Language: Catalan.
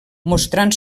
mostrant